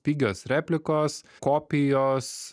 pigios replikos kopijos